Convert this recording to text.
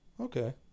Okay